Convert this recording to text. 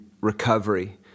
Recovery